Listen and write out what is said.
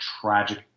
tragic